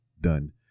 done